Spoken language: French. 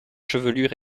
chevelure